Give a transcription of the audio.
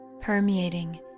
permeating